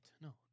No